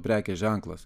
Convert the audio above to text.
prekės ženklas